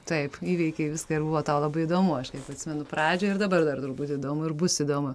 taip įveikei viską ir buvo tau labai įdomu aš atsimenu pradžią ir dabar dar turbūt įdomu ir bus įdomu